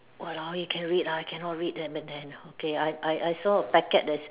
!walao! eh you can read ah I cannot read M N M okay I I saw a packet that's